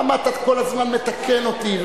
למה אתה כל הזמן מתקן אותי?